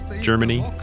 Germany